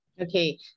okay